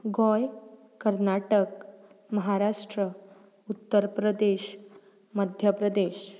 Goa Karnataka Maharashtra Uttar Pradesh Madhya Pradesh